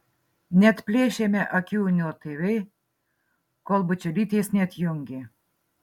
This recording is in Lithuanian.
neatplėšėme akių nuo tv kol bučelytės neatjungė